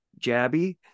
jabby